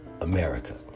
America